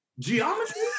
Geometry